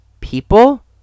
people